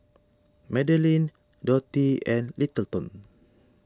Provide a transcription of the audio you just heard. Madelyn Dottie and Littleton